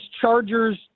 Chargers